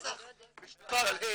בשלהי